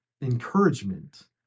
encouragement